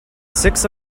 six